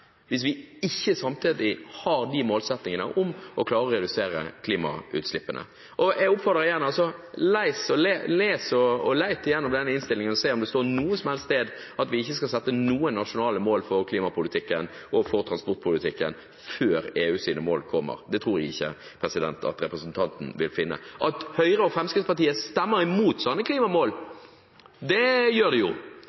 hvis vi ikke samtidig har målsettinger om å klare å redusere klimautslippene. Jeg oppfordrer igjen: Les og let gjennom denne innstillingen og se om det står noe som helst sted at vi ikke skal sette noen nasjonale mål for klimapolitikken og for transportpolitikken før EUs mål kommer. Dette tror jeg ikke at representanten vil finne. Høyre og Fremskrittspartiet stemmer imot slike klimamål